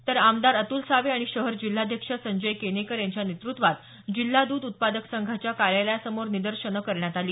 तर आमदार अतुल सावे आणि शहर जिल्हाध्यक्ष संजय केनेकर यांच्या नेतृत्वात जिल्हा दूध उत्पादक संघाच्या कार्यालयासमोर निदर्शनं करण्यात आली